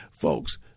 Folks